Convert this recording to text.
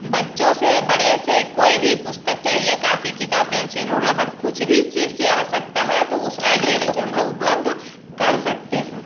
बच्चों से बड़े से कोई भी पुस्तक चाहिए कापी किताब पेंसिल रु रबर कुछ भी चीज़ की आवश्यकता है तो उस लाइब्रेरी से हम लोग उपलब्ध कर सकते हैं